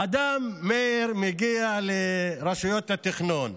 אדם, מאיר, מגיע לרשויות התכנון,